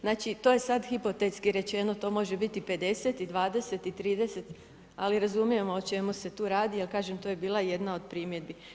Znači to je sad hipotetski rečeno, to može biti 50 i 20 i 30 ali razumijemo o čemu se tu radi, a kažem to je bila jedna od primjedbi.